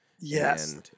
Yes